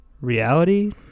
reality